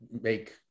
make